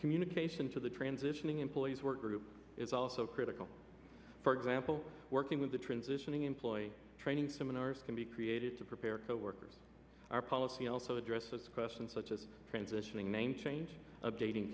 communication to the transitioning employees work group is also critical for example working with the transitioning employee training seminars can be created to prepare co workers our policy also addresses questions such as transitioning name change updating